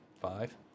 five